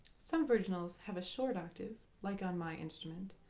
some virginals have a short octave like on my instrument,